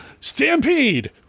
Stampede